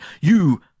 You